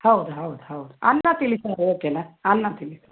ಹೌದು ಹೌದು ಹೌದು ಅನ್ನ ತಿಳಿಸಾರು ಓಕೆನಾ ಅನ್ನ ತಿಳಿಸಾರು